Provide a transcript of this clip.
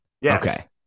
Yes